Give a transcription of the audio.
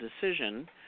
decision